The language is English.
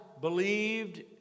believed